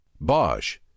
Bosch